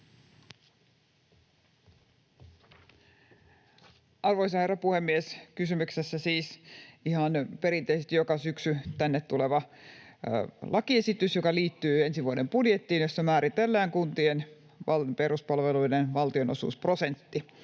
Arvoisa herra puhemies! Kysymyksessä on siis ihan perinteisesti joka syksy tänne tuleva lakiesitys, joka liittyy ensi vuoden budjettiin ja jossa määritellään kuntien peruspalveluiden valtionosuusprosentti.